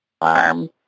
farm